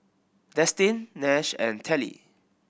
Destin Nash and Telly